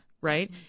right